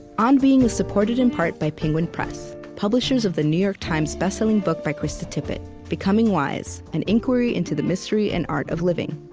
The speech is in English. on being is supported in part by penguin press, publishers of the new york timesbestselling book by krista tippett, becoming wise an inquiry to the mystery and art of living.